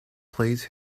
plays